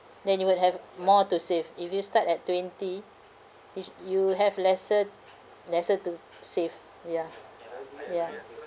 then you would have more to save if you start at twenty if you have lesser lesser to save ya ya